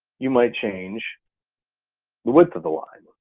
you might change the width of the line,